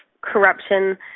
corruption